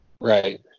Right